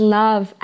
love